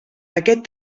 aquest